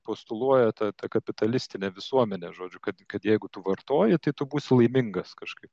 postuluoja tą tą kapitalistinę visuomenę žodžiu kad kad jeigu tu vartoji tai tu būsi laimingas kažkaip